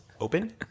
open